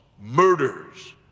murders